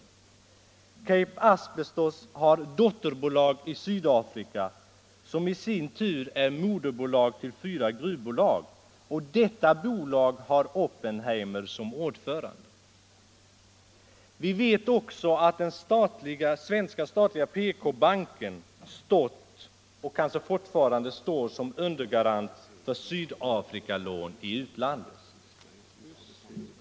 Cape Asbestos har dotterbolag i Sydafrika som i sin tur är moderbolag till fyra gruvbolag. Detta bolag har Oppenheimer som ordförande. Vi vet också att den svenska statliga PK-banken stått och kanske fortfarande står som undergarant för Sydafrikalån i utlandet.